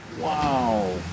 Wow